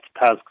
task